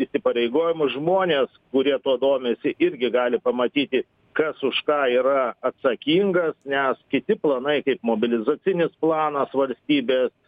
įsipareigojamus žmonės kurie tuo domisi irgi gali pamatyti kas už ką yra atsakingas nes kiti planai kaip mobilizacinis planas valstybės